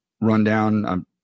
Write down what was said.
rundown